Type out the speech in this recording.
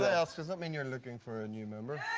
ah ask, does that mean you're looking for a new member?